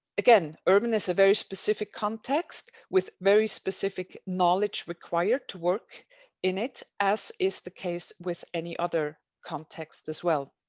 again, urban is a very specific context with very specific knowledge required to work in it, as is the case with any other context as well.